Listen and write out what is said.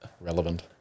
relevant